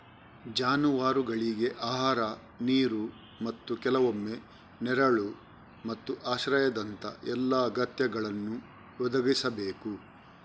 ಜಾನುವಾರುಗಳಿಗೆ ಆಹಾರ, ನೀರು ಮತ್ತು ಕೆಲವೊಮ್ಮೆ ನೆರಳು ಮತ್ತು ಆಶ್ರಯದಂತಹ ಎಲ್ಲಾ ಅಗತ್ಯಗಳನ್ನು ಒದಗಿಸಬೇಕು